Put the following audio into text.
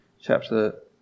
chapter